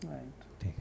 Right